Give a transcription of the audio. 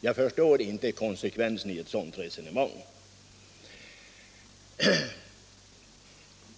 Jag förstår inte konsekvensen i ett sådant resonemang.